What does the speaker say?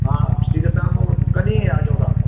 हा ठीकु आहे तव्हां मूंखे कॾहिं अचो था